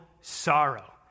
sorrow